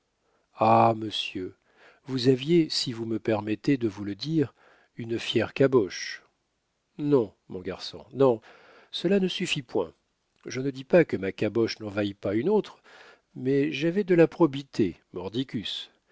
ah monsieur vous aviez si vous me permettez de vous le dire une fière caboche non mon garçon non cela ne suffit point je ne dis pas que ma caboche n'en vaille pas une autre mais j'avais de la probité